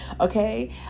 okay